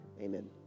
Amen